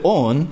on